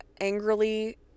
angrily